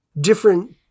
different